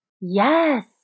Yes